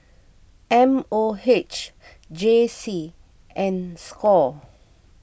M O H J C and Score